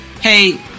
Hey